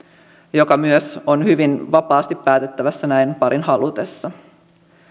joka myös on hyvin vapaasti päätettävissä näin parin halutessa